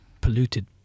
polluted